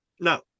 No